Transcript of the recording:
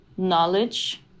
Knowledge